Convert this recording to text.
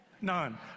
None